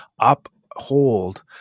uphold